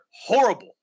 horrible